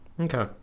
Okay